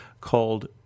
called